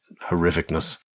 horrificness